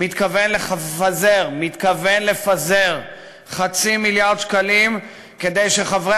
מתכוון לפזר חצי מיליארד שקלים כדי שחברי